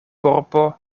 korpo